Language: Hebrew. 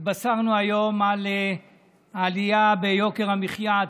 התבשרנו היום על העלייה ביוקר המחיה,